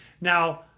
Now